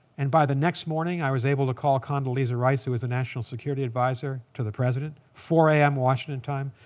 and by the next morning, i was able to call condoleezza rice, who was the national security advisor to the president, four zero am washington time.